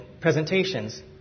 presentations